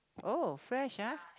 oh fresh ah